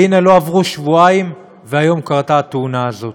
והנה, לא עברו שבועיים והיום קרתה התאונה הזאת.